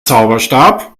zauberstab